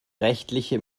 rechtliche